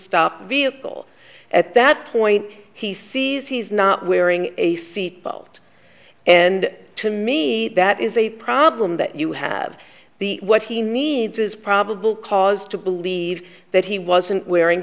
stop vehicle at that point he sees he's not wearing a seat belt and to me that is a problem that you have the what he needs is probable cause to believe that he wasn't wearing